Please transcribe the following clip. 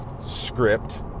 script